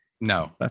No